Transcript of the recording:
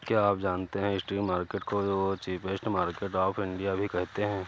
क्या आप जानते है स्ट्रीट मार्केट्स को चीपेस्ट मार्केट्स ऑफ इंडिया भी कहते है?